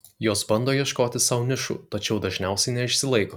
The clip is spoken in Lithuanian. jos bando ieškoti sau nišų tačiau dažniausiai neišsilaiko